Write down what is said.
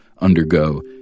undergo